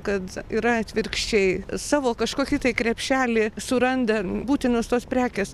kad yra atvirkščiai savo kažkokį tai krepšelį suranda būtinus tos prekės